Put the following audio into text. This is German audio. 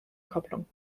kopplung